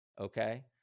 okay